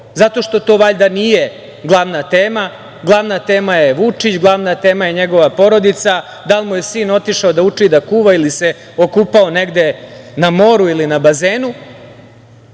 zato što to valjda nije glavna tema. Glavna tema je Vučić, glavna tema je njegova porodica, da li mu je sin otišao da uči da kuva ili se okupao negde na moru ili na bazenu,